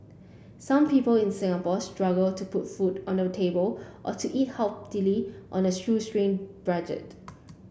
some people in Singapore struggle to put food on the table or to eat healthily on a shoestring budget